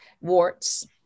warts